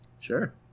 Sure